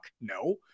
No